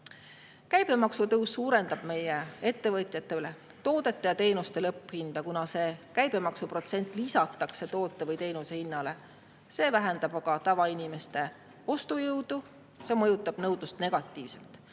Käibemaksutõus suurendab meie ettevõtjate toodete ja teenuste lõpphinda, kuna see käibemaksuprotsent lisatakse toote või teenuse hinnale. See vähendab aga tavainimeste ostujõudu ja mõjutab nõudlust negatiivselt.